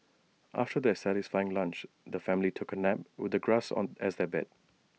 after their satisfying lunch the family took A nap with the grass as their bed